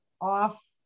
off